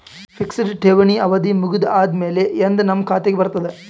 Fixed ಠೇವಣಿ ಅವಧಿ ಮುಗದ ಆದಮೇಲೆ ಎಂದ ನಮ್ಮ ಖಾತೆಗೆ ಬರತದ?